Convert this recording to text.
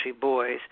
boys